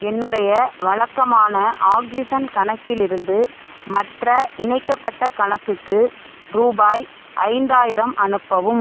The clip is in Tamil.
என்னுடைய வழக்கமான ஆக்ஸிஜன் கணக்கிலிருந்து மற்ற இணைக்கப்பட்ட கணக்குக்கு ரூபாய் ஐந்தாயிரம் அனுப்பவும்